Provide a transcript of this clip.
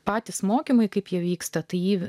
patys mokymai kaip jie vyksta tai ji